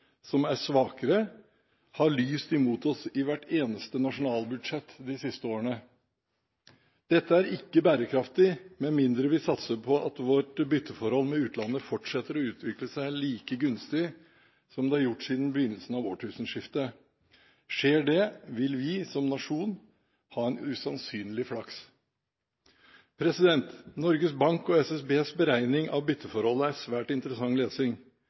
som er svakere, har lyst imot oss i hvert eneste nasjonalbudsjett de siste årene. Dette er ikke bærekraftig, med mindre vi satser på at vårt bytteforhold med utlandet fortsetter å utvikle seg like gunstig som det har gjort siden begynnelsen av årtusenskiftet. Skjer det, vil vi som nasjon ha en usannsynlig flaks. Norges Bank og SSBs beregning av bytteforholdet er svært interessant lesing.